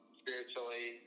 spiritually